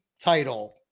title